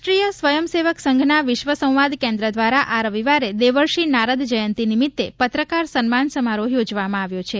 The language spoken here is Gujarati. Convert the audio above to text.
રાષ્ટ્રીય સ્વયંસેવક સંઘના વિશ્વ સંવાદ કેન્દ્ર દ્વારા આ રવિવારે દેવર્ષિ નારદ જયંતિ નિમિત્તે પત્રકાર સન્માન સમારોહ યોજવામાં આવ્યો છે